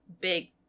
big